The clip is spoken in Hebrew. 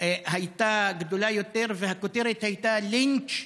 הייתה גדולה יותר והכותרת הייתה "לינץ'